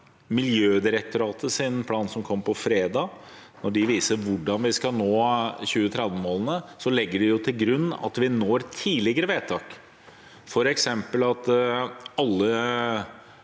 Miljødirektoratet i sin plan som kom på fredag, viser hvordan vi skal nå 2030-målene, legger de til grunn at vi når tidligere vedtak, f.eks. at alle